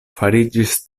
fariĝis